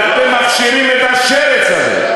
ואתם מכשירים את השרץ הזה.